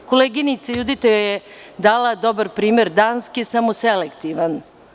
Koleginica Judita je dala dobar primer Danske, samo selektivan.